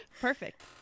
Perfect